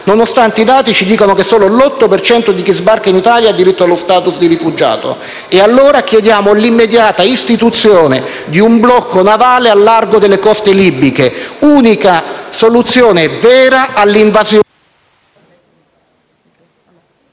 nonostante i dati ci dicano che solo l'8 per cento di chi sbarca in Italia ha diritto allo *status* di rifugiato. Chiediamo allora l'immediata istituzione di un blocco navale al largo delle coste libiche, unica soluzione vera all'invasione...